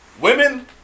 women